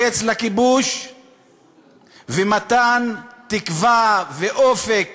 קץ לכיבוש ומתן תקווה ואופק